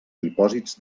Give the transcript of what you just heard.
dipòsits